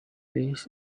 please